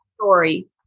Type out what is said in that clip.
story